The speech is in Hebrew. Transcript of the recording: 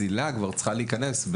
צלילה צריכה להיכנס,